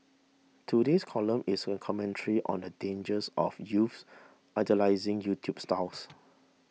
today's column is a commentary on the dangers of youths idolising YouTube stars